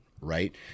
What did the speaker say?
right